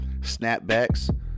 snapbacks